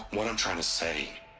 wh-what i'm trying to say.